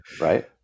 Right